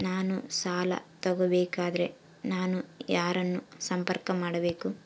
ನಾನು ಸಾಲ ತಗೋಬೇಕಾದರೆ ನಾನು ಯಾರನ್ನು ಸಂಪರ್ಕ ಮಾಡಬೇಕು?